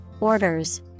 orders